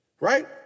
Right